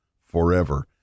forever